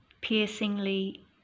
piercingly